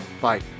Bye